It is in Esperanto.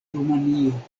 rumanio